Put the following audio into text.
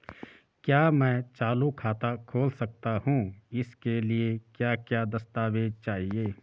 क्या मैं चालू खाता खोल सकता हूँ इसके लिए क्या क्या दस्तावेज़ चाहिए?